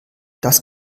das